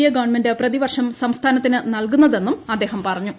A government പ്രതിവർഷം സംസ്ഥാനത്തിന് നൽകുന്നതെന്നും അദ്ദേഹം പറഞ്ഞു